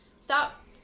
stop